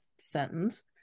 sentence